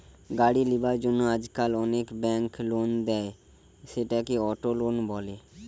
গাড়ি লিবার জন্য আজকাল অনেক বেঙ্ক লোন দেয়, সেটাকে অটো লোন বলে